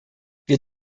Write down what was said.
wir